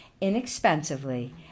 inexpensively